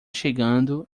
chegando